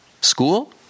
School